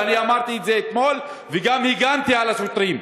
ואני אמרתי את זה אתמול וגם הגנתי על השוטרים.